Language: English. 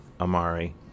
Amari